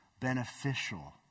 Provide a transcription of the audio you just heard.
beneficial